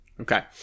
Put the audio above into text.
Okay